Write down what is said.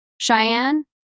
Cheyenne